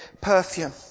perfume